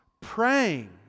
praying